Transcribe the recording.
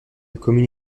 commune